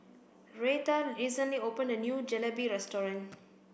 Retha recently opened a new Jalebi restaurant